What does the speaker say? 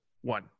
one